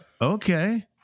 Okay